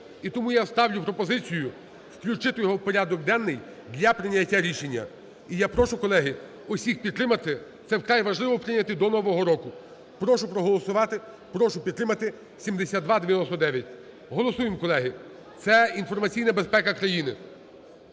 І тому я ставлю пропозицію включити його у порядок денний для прийняття рішення. І я прошу, колеги, усіх підтримати, це вкрай важливо прийняти до нового року. Прошу проголосувати, прошу підтримати 7299. Голосуємо, колеги. Це – інформаційна безпека країни,